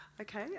Okay